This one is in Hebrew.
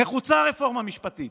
נחוצה רפורמה המשפטית,